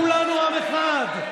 כולנו עם אחד.